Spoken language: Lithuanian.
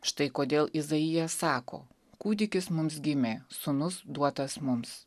štai kodėl izaijas sako kūdikis mums gimė sūnus duotas mums